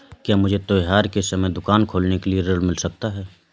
क्या मुझे त्योहार के समय दुकान खोलने के लिए ऋण मिल सकता है?